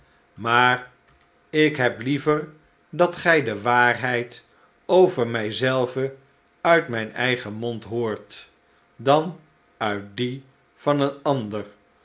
maar ik heb liever dat gij de waarheid over mij zelven uit mijn eigen mond hoort dan uit die van een ander